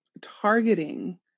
targeting